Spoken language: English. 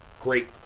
Great